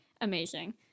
amazing